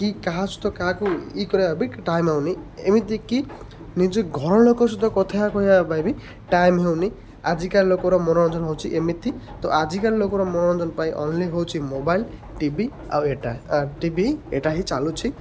କି କାହା ସହିତ କାହାକୁ କରିବା ବି ଟାଇମ୍ ହେଉନି ଏମିତି କିି ନିଜ ଘରଲୋକ ସହିତ କଥା କହିବା ପାଇଁ ବି ଟାଇମ୍ ହେଉନି ଆଜିକା ଲୋକର ମନୋରଞ୍ଜନ ହେଉଛି ଏମିତି ତ ଆଜିକାଲି ଲୋକର ମନୋରଞ୍ଜନ ପାଇଁ ଓନ୍ଲ୍ଲୀ ହେଉଛି ମୋବାଇଲ୍ ଟି ଭି ଆଉ ଏଇଟା ଟି ଭି ଏଇଟା ହିଁ ଚାଲୁଛି